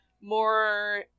more